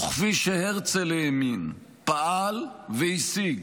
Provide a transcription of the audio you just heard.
כפי שהרצל האמין, פעל והשיג,